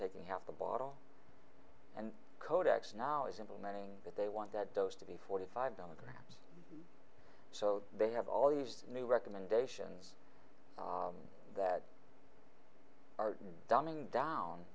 taking half the bottle and codex now is implementing that they want that dose to be forty five dollars so they have all these new recommendations that are dumbing down